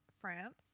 France